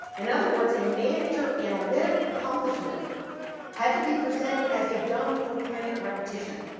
in other words, a major analytic accomplishment had to be presented as a dumb totemic repetition.